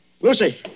Lucy